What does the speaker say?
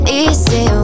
easy